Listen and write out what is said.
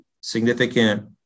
significant